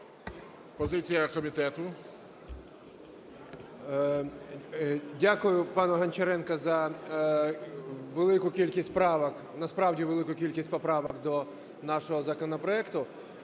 ГЕТМАНЦЕВ Д.О. Дякую, пане Гончаренко, за велику кількість правок, насправді велику кількість поправок до нашого законопроекту.